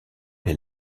les